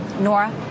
Nora